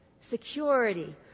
security